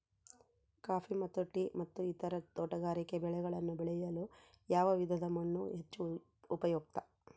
Coffee ಮತ್ತು tea ಮತ್ತು ಇತರ ತೋಟಗಾರಿಕೆ ಬೆಳೆಗಳನ್ನು ಬೆಳೆಯಲು ಯಾವ ವಿಧದ ಮಣ್ಣು ಹೆಚ್ಚು ಉಪಯುಕ್ತ?